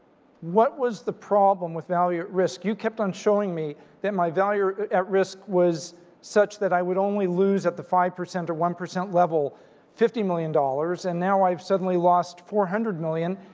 what was the problem with value at risk? you kept on showing me that my value at risk was such that i would only lose at the five percent or one percent level fifty million dollars and now i've suddenly lost four hundred million.